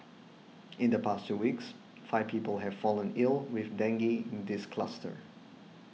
in the past two weeks five people have fallen ill with dengue in this cluster